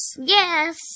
Yes